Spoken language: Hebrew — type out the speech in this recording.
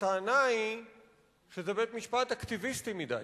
הטענה היא שזה בית-משפט אקטיביסטי מדי.